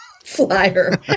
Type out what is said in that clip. flyer